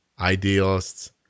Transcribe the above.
idealists